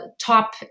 top